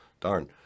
darn